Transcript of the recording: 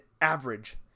average